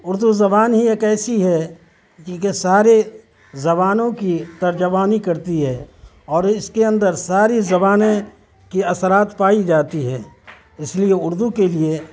اردو زبان ہی ایک ایسی ہے کی کہ ساری زبانوں کی ترجمانی کرتی ہے اور اس کے اندر ساری زبانیں کے اثرات پائی جاتی ہے اس لیے اردو کے لیے